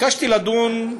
ביקשתי לדון,